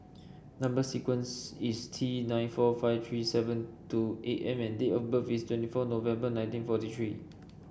number sequence is T nine four five three seven two M and date of birth is twenty four November nineteen forty three